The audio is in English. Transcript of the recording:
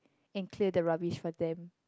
and clear the rubbish for them